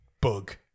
bug